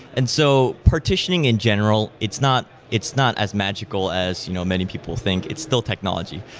and so partitioning in general, it's not it's not as magical as you know many people think. it's still technology.